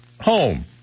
home